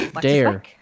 Dare